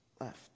left